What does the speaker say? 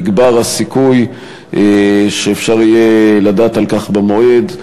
יגבר הסיכוי שאפשר יהיה לדעת על כך במועד,